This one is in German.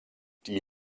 die